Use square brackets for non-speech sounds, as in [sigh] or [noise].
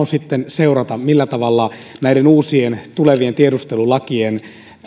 [unintelligible] sitten seurata millä tavalla näiden uusien tulevien tiedustelulakien